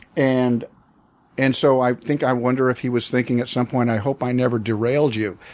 and and so i think i wonder if he was thinking at some point, i hope i never derailed you.